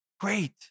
Great